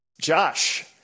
Josh